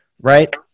right